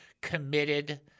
committed